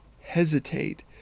hesitate